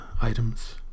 items